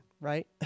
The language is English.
right